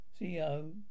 CEO